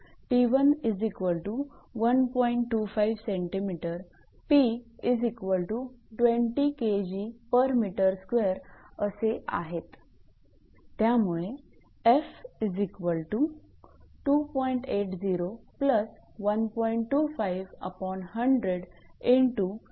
25 𝑐𝑚 𝑝20 𝐾𝑔𝑚2असे आहेत त्यामुळे 0